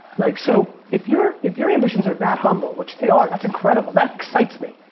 like so if your if your ambitions are that humble, which they are, that's incredible, that excites me.